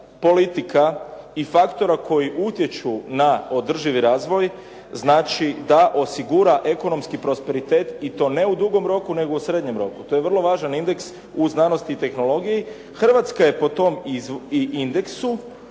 politika i faktora koji utječu na održivi razvoj. Znači, da osigura ekonomski prosperitet i to ne u dugom roku, nego u srednjem roku. To je vrlo važan indeks u znanosti i tehnologiji. Hrvatska je po tom indeksu